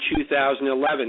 2011